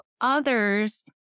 others